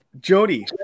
Jody